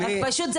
רק פשוט זה